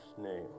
name